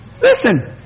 Listen